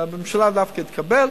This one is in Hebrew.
בממשלה זה דווקא התקבל.